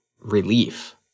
relief